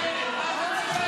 תמשיכו לנרמל,